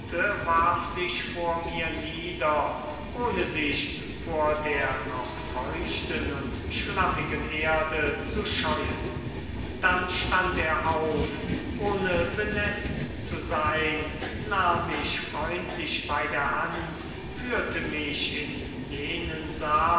sich vor mir nieder ohne sich vor der noch feuchten und schlammigen erde zu scheuen dann stand er auf ohne benetzt zu sein nahm mich freundlich bei der hand führte mich in jenen saal